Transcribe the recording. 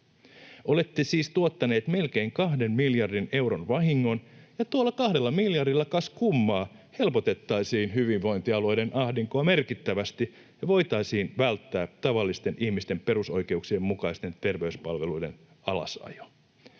Olette siis tuottaneet melkein kahden miljardin euron vahingon. Tuolla kahdella miljardilla, kas kummaa, helpotettaisiin hyvinvointialueiden ahdinkoa merkittävästi ja voitaisiin välttää tavallisten ihmisten perusoikeuksien mukaisten terveyspalveluiden alasajo.